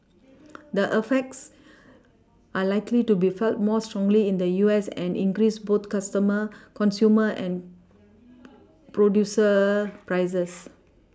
the effects are likely to be felt more strongly in the U S and increase both customer consumer and producer prices